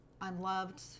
unloved